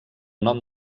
nom